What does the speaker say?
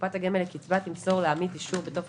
אישורים 5. קופת הגמל לקצבה תמסור לעמית אישור